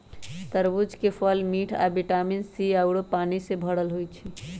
तरबूज के फल मिठ आ विटामिन सी आउरो पानी से भरल होई छई